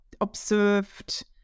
observed